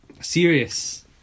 serious